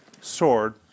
sword